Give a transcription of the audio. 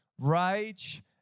rage